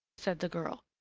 said the girl.